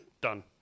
Done